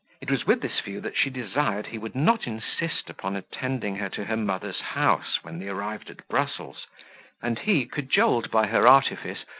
it was with this view that she desired he would not insist upon attending her to her mother's house, when they arrived at brussels and he, cajoled by her artifice,